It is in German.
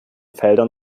feldern